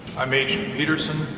i'm agent peterson.